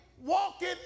walking